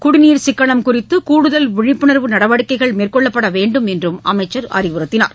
குடிநீர் சிக்கனம் குறித்து கூடுதல் விழிப்புணர்வு நடவடிக்கைகள் மேற்கொள்ளப்பட வேண்டும் என்று அமைச்சர் அறிவுறுத்தினார்